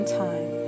time